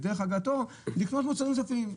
הגעתו לקנות מוצרים נוספים,